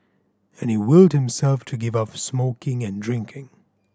and he willed himself to give up smoking and drinking